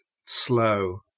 slow